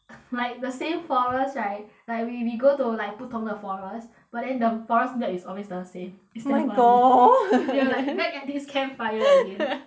like the same forest right like we we go to like 不同的 forest but then the forest milk is always the same it's damn funny oh my god then they were like back at this campfire again